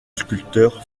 sculpteur